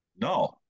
No